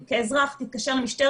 זה לא מעניין אם כאזרח תתקשר למשטרת